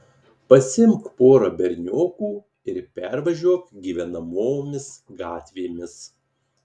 pasiimk porą berniokų ir pervažiuok gyvenamomis gatvėmis